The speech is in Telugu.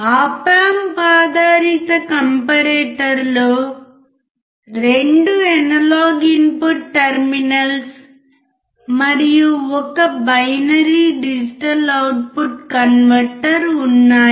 ఆప్ ఆంప్ ఆధారిత కంపారిటర్లో రెండు అనలాగ్ ఇన్పుట్ టెర్మినల్స్ మరియు 1 బైనరీ డిజిటల్ అవుట్పుట్ కన్వర్టర్ ఉన్నాయి